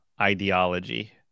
ideology